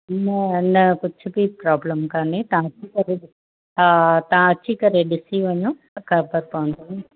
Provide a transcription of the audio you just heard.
न न कुझु बि प्रॉब्लम काने तव्हां अची करे हा तव्हां अची करे ॾिसी वञो त ख़बर पवंदव न